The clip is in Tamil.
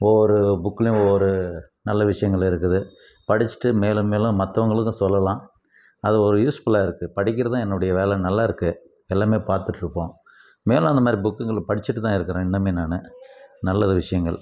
ஒவ்வொரு புக்லையும் ஒவ்வொரு நல்ல விஷயங்கள் இருக்குது படிச்சிட்டு மேலும் மேலும் மற்றவங்களுக்கும் சொல்லலாம் அது ஒரு யூஸ்ஃபுல்லாக இருக்குது படிக்கிறதுதான் என்னுடைய வேலை நல்லாயிருக்கு எல்லாமே பார்த்துட்ருப்போம் மேலும் அந்த மாதிரி புக்குங்கள படிச்சிட்டு தான் இருக்கிறேன் இன்னுமே நான் நல்ல விஷயங்கள்